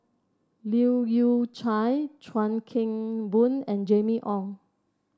Leu Yew Chye Chuan Keng Boon and Jimmy Ong